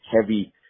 heavy